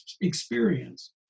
experience